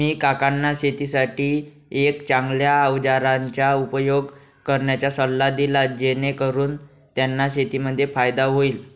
मी काकांना शेतीसाठी एक चांगल्या अवजारांचा उपयोग करण्याचा सल्ला दिला, जेणेकरून त्यांना शेतीमध्ये फायदा होईल